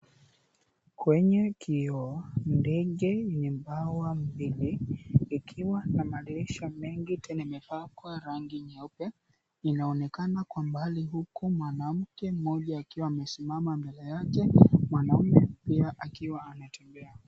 Kwenye kioo, ndege yenye bawa mbili, likiwa na madirisha mengi tena na imepakwa rangi nyeupe. Inaonekana kwa mbali huku mwanamke mmoja anaonekana akiwa amesimama mbele yake, mwanaume pia akiwa anatembea.